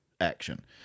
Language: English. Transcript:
action